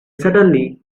suddenly